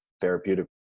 therapeutic